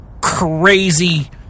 crazy